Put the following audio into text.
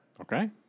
Okay